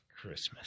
Christmas